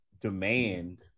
demand